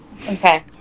Okay